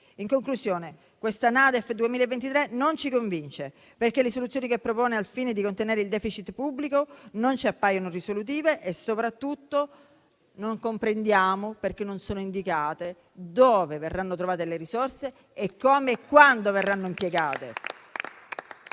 Dunque, questa NADEF 2023 non ci convince, perché le soluzioni che propone al fine di contenere il *deficit* pubblico non ci appaiono risolutive e soprattutto non comprendiamo, perché non è indicato, dove verranno trovate le risorse e come e quando verranno impiegate.